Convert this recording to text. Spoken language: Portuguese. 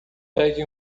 pegue